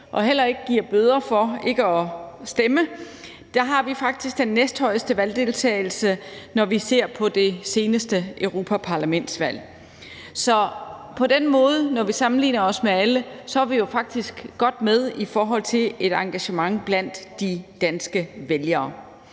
og heller ikke giver bøder for ikke at stemme, og vi har faktisk den næsthøjeste valgdeltagelse, når vi ser på det seneste europaparlamentsvalg. Så på den måde, når vi sammenligner os med de andre lande, er vi jo faktisk godt med i forhold til et engagement blandt de danske vælgere.